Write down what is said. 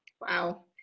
Wow